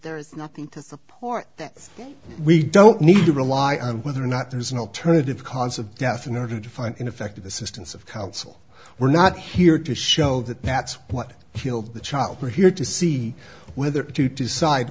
there is nothing to support that we don't need to rely on whether or not there's an alternative cons of death in order to find ineffective assistance of counsel we're not here to show that that's what killed the child we're here to see whether to decide